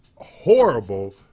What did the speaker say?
horrible